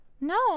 No